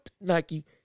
Nike